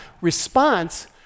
Response